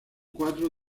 cuatro